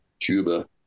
Cuba